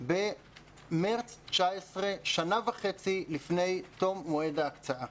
במרץ 2019, שנה וחצי לפני תום מועד ההקצאה.